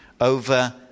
over